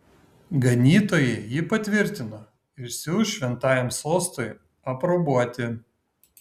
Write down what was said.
ganytojai jį patvirtino ir siųs šventajam sostui aprobuoti